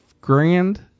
grand